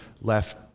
left